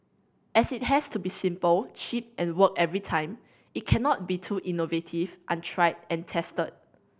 as it has to be simple cheap and work every time it cannot be too innovative untried and tested